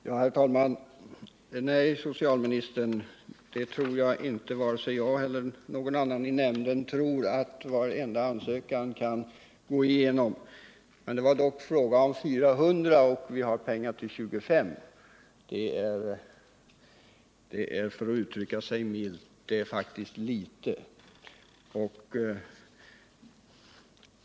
Herr talman! Nej, socialministern, varken jag eller någon annan i nämnden troratt varenda ansökan kan bifallas. Det var dock fråga om 400 ansökningar, medan vi har pengar för bara 25. Det är, för att uttrycka sig milt, faktiskt litet.